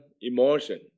emotion